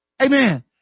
amen